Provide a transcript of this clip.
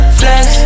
flex